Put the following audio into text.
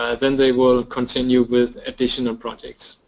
then they will continue with additional projects.